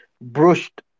brushed